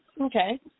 Okay